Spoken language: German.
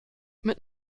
mit